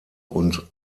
und